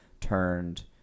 turned